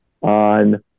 on